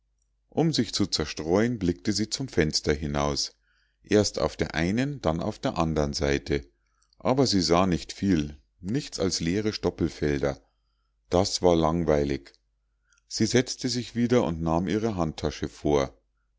um sich zu zerstreuen blickte sie zum fenster hinaus erst auf der einen dann auf der andern seite aber sie sah nicht viel nichts als leere stoppelfelder das war langweilig sie setzte sich wieder und nahm ihre handtasche vor